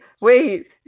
Wait